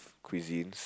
cuisines